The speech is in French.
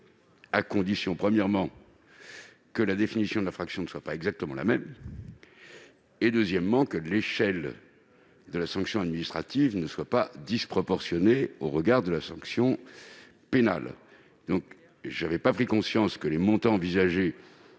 à condition, premièrement, que la définition de l'infraction ne soit pas exactement la même, et, deuxièmement, que l'échelle de la sanction administrative ne soit pas disproportionnée au regard de la sanction pénale. Je n'avais pas pris conscience que les montants envisagés,